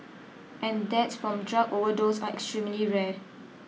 and deaths from drug overdose are extremely rare